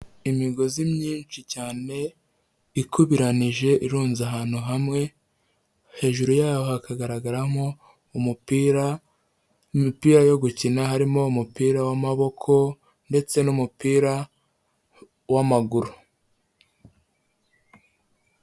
Imigozi myinshi cyane ikubiranije irunze ahantu hamwe, hejuru yayo hakagaragaramo umupira, imipira yo gukina harimo umupira w'amaboko ndetse n'umupira w'amaguru.